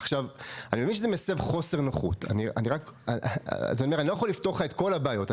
אני מבין שזה מסב חוסר נוחות; אני לא יכול לפתור לך את כל הבעיות,